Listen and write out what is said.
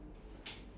so you